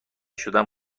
شدن